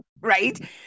Right